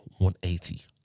180